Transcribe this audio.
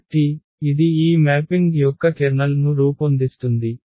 కాబట్టి ఇది ఈ మ్యాపింగ్ యొక్క కెర్నల్ ను రూపొందిస్తుంది